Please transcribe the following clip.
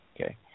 okay